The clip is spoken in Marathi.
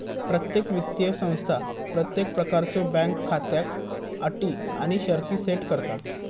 प्रत्येक वित्तीय संस्था प्रत्येक प्रकारच्यो बँक खात्याक अटी आणि शर्ती सेट करता